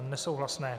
Nesouhlasné.